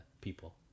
people